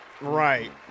Right